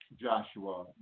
Joshua